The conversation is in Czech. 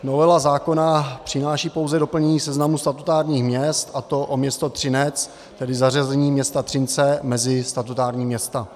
Novela zákona přináší pouze doplnění seznamu statutárních měst, a to o město Třinec, tedy zařazení města Třince mezi statutární města.